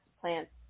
plants